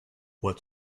what